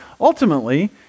ultimately